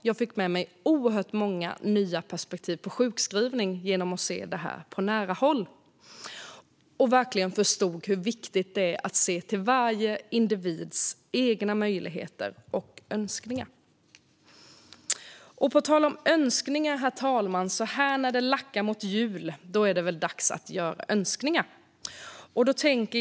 Jag fick med mig oerhört många nya perspektiv på sjukskrivning genom att se allt detta på nära håll och verkligen förstå hur viktigt det är att se till varje individs egna möjligheter och önskningar. På tal om önskningar, herr talman - så här när det lackar mot jul är det väl dags att framföra sina önskningar.